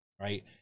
right